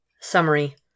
Summary